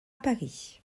paris